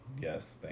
yes